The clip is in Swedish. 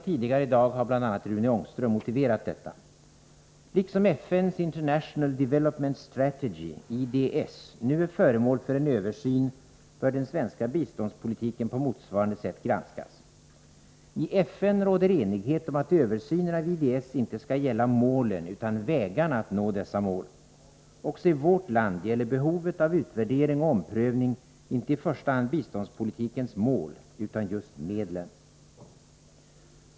Tidigare i dag har Rune Ångström motiverat detta. Liksom FN:s International Development Strategy, IDS, nu är föremål för en översyn bör den svenska biståndspolitiken på motsvarande sätt granskas. I FN råder enighet om att översynen av IDS inte skall gälla målen utan vägarna att nå dessa mål. Också i vårt land gäller behovet av utvärdering och omprövning inte i första hand biståndspolitikens mål utan just medlen.